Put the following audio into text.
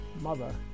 mother